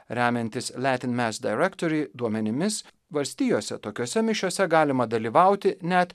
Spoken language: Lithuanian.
remiantis latin mass direktory duomenimis valstijose tokiose mišiose galima dalyvauti net